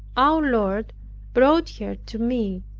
our lord brought her to me,